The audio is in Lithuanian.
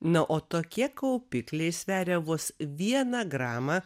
na o tokie kaupikliai sveria vos vieną gramą